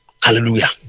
Hallelujah